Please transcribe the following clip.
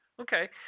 Okay